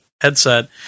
headset